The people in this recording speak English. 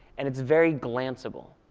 and it's very glanceable.